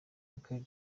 michael